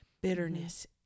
bitterness